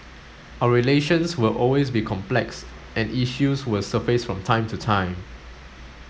our relations will always be complex and issues will surface from time to time